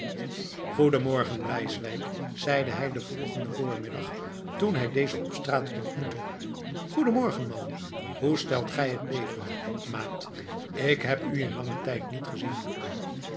morgen bleiswijck zeide hij den volgenden voormiddag toen hij dezen op straat ontmoette goeden morgen man hoe stelt gij het leven maat ik heb u in langen tijd niet gezien